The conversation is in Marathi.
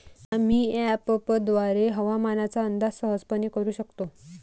आम्ही अँपपद्वारे हवामानाचा अंदाज सहजपणे करू शकतो